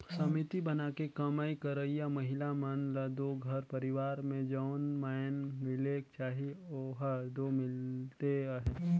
समिति बनाके कमई करइया महिला मन ल दो घर परिवार में जउन माएन मिलेक चाही ओहर दो मिलते अहे